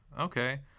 okay